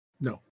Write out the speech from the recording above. No